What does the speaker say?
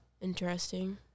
Interesting